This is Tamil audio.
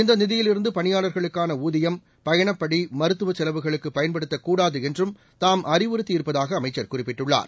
இந்த நிதியிலிருந்து பணியாளர்களுக்கான ஊதியம் பயணப்படி மருத்துவச் செலவுகளுக்கு பயன்படுத்தக் கூடாது என்றும் தாம் அறிவுறுத்தியிருப்பதாக அமைச்சர் குறிப்பிட்டுள்ளார்